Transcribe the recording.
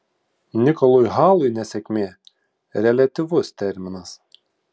nikolui halui nesėkmė reliatyvus terminas